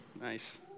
Nice